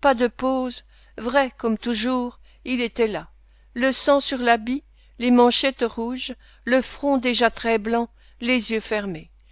pas de pose vrai comme toujours il était là le sang sur l'habit les manchettes rouges le front déjà très blanc les yeux fermés